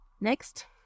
Next